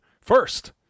first